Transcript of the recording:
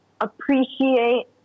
appreciate